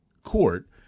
court